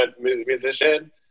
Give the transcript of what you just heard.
musician